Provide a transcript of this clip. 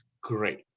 great